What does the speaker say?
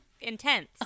intense